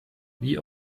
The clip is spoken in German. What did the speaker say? wie